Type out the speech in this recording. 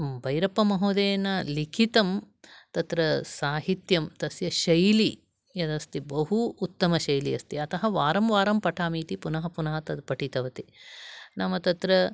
बैरप्पमहोदयेन लिखितं तत्र साहित्यं तस्य शैली यदस्ति बहु उत्तमशैली अस्ति अतः वारं वारं पठामि इति पुनः पुनः तत् पठितवती नाम तत्र